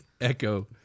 Echo